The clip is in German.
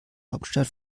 hauptstadt